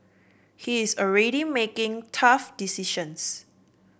he is already making tough decisions